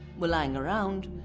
were lying around,